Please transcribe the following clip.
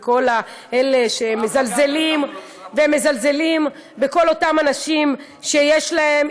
וכל אלה שמזלזלים בכל אותם אנשים שיש להם,